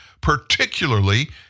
particularly